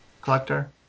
collector